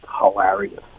hilarious